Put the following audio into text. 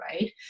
right